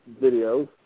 videos